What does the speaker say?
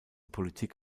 politik